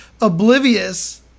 oblivious